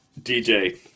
DJ